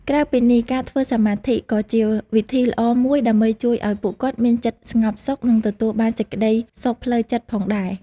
ក្រៅពីនេះ ការធ្វើសមាធិក៏ជាវិធីល្អមួយដើម្បីជួយឲ្យពួកគាត់មានចិត្តស្ងប់សុខ និងទទួលបានសេចក្ដីសុខផ្លូវចិត្តផងដែរ។